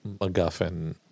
MacGuffin